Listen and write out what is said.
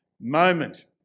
moment